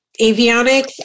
avionics